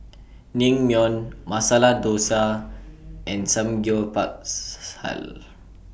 Naengmyeon Masala Dosa and